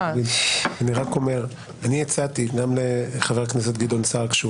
אני הצעתי גם לחבר הכנסת גדעון סער כשהוא